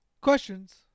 questions